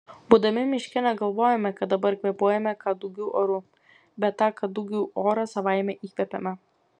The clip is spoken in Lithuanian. būdami miške negalvojame kad dabar kvėpuojame kadugių oru bet tą kadugių orą savaime įkvepiame